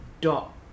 dot